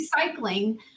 recycling